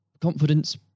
confidence